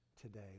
today